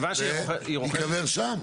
ויקבר שם.